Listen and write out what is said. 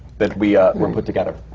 that we were put together.